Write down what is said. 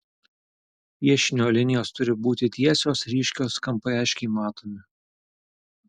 piešinio linijos turi būti tiesios ryškios kampai aiškiai matomi